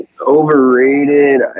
Overrated